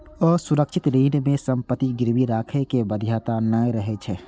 असुरक्षित ऋण मे संपत्ति गिरवी राखै के बाध्यता नै रहै छै